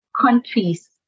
countries